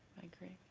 i agree.